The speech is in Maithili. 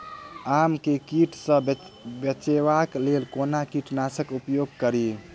आम केँ कीट सऽ बचेबाक लेल कोना कीट नाशक उपयोग करि?